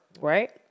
right